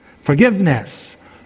forgiveness